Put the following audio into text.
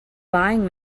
buying